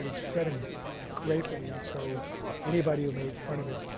it upset him greatly. and so anybody who made fun of it,